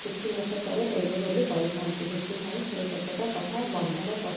କିଛି ମାସ ପରେ ଦେବେ ବୋଲି କହିଥାନ୍ତି ସେଥିପାଇଁ ସେ କେତେକ କଥା ବନ୍ଧକ ପ